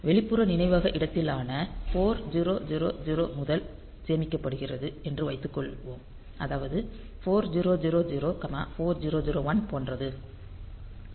வெளிப்புற நினைவக இடத்திலான 4000 முதல் சேமிக்கப்படுகிறது என்று வைத்துக்கொள்வோம் அதாவது 4000 4001 போன்றது